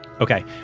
okay